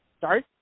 Sorry